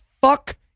fuck